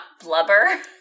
blubber